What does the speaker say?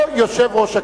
או יושב-ראש הכנסת.